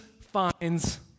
finds